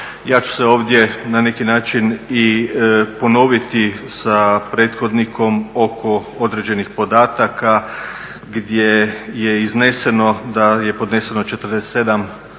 Ja ću se ovdje na neki način i ponoviti sa prethodnikom oko određenih podataka gdje je izneseno da je podneseno 47 podnesaka